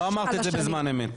לא אמרת את זה בזמן אמת.